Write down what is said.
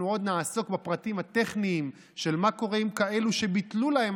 עוד נעסוק בפרטים הטכניים של מה קורה עם כאלו שביטלו להם